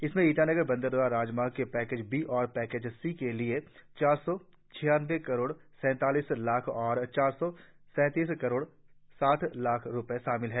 इसमें ईटानगर बंदरदेवा राजमार्ग के पैकेज बी और पैकेज सी के लिए चार सौ छियानबें करोड़ सैतालीस लाख और चार सौ सैतीस करोड़ साठ लाख रुपये शामिल है